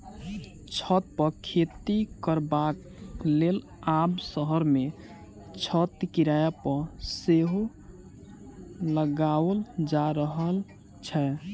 छत पर खेती करबाक लेल आब शहर मे छत किराया पर सेहो लगाओल जा रहल छै